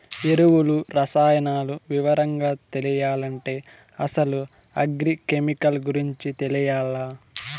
ఎరువులు, రసాయనాలు వివరంగా తెలియాలంటే అసలు అగ్రి కెమికల్ గురించి తెలియాల్ల